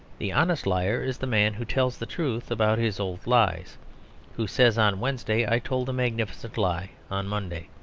the honest liar is the man who tells the truth about his old lies who says on wednesday, i told a magnificent lie on monday.